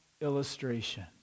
illustration